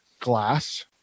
glass